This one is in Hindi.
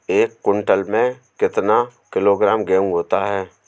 एक क्विंटल में कितना किलोग्राम गेहूँ होता है?